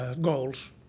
goals